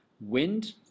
Wind